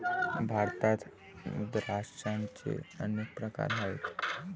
भारतात द्राक्षांचे अनेक प्रकार आहेत